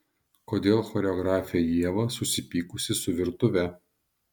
kodėl choreografė ieva susipykusi su virtuve